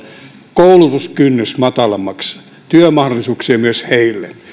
koulutuskynnys matalammaksi työmahdollisuuksia myös heille